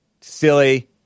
Silly